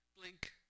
Blink